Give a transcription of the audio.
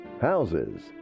Houses